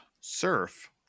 surf